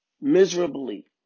miserably